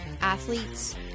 athletes